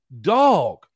dog